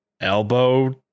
elbow